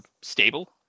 stable